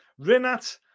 Rinat